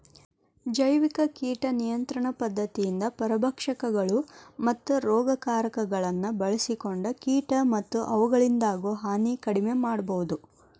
ಜೈವಿಕ ಕೇಟ ನಿಯಂತ್ರಣ ಪದ್ಧತಿಯಿಂದ ಪರಭಕ್ಷಕಗಳು, ಮತ್ತ ರೋಗಕಾರಕಗಳನ್ನ ಬಳ್ಸಿಕೊಂಡ ಕೇಟ ಮತ್ತ ಅವುಗಳಿಂದಾಗೋ ಹಾನಿ ಕಡಿಮೆ ಮಾಡಬೋದು